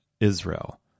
Israel